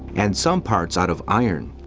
and some parts out of iron.